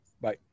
Bye